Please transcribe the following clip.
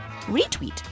Retweet